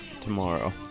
tomorrow